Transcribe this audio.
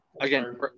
again